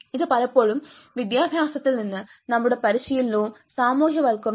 ഇത് പലപ്പോഴും വിദ്യാഭ്യാസത്തിൽ നിന്ന് നമ്മുടെ പരിശീലനവും സാമൂഹ്യവൽക്കരണവും